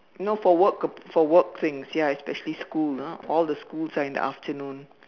no for work for work things ya especially school ah all the schools are in the afternoon